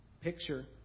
picture